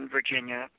Virginia